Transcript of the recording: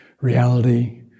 reality